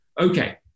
Okay